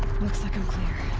looks like i'm clear.